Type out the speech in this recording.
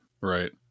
Right